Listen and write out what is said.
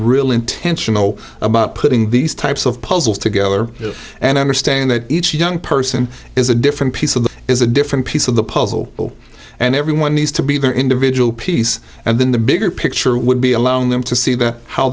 really intentional about putting these types of puzzles together and understand that each young person is a different piece of them is a different piece of the puzzle and everyone needs to be their individual piece and then the bigger picture would be allowing them to see the how